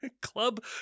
Club